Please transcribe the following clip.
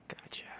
Gotcha